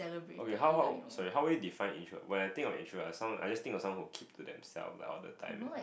okay how how sorry how will you define introvert when I think of introvert I sound I just think of someone who keep to themselves like all the time